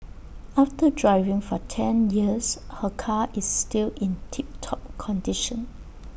after driving for ten years her car is still in tip top condition